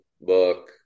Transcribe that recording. book